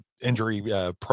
injury